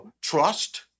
trust